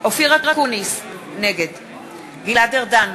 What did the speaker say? אופיר אקוניס, נגד גלעד ארדן,